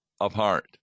apart